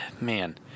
man